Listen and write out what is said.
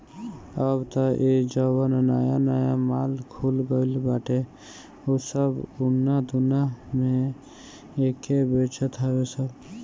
अब तअ इ जवन नया नया माल खुल गईल बाटे उ सब उना दूना में एके बेचत हवे सब